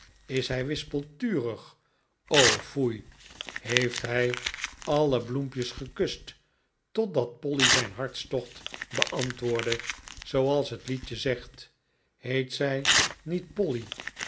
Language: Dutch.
is hij wispelturig o foei heeft hij alle bloempjes gekust totdat polly zijn hartstocht beantwoordde zooals het liedje zegt heet zij niet polly